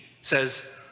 says